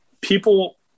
people